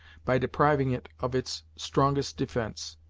by depriving it of its strongest defence,